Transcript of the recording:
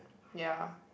ya